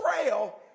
trail